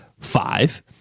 five